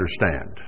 understand